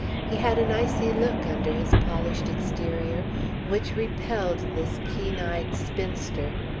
he had an icy look under his polished exterior which repelled this keen-eyed spinster,